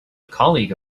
colleague